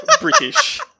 British